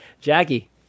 Jackie